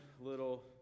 little